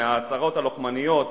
מההצהרות הלוחמניות